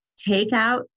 takeout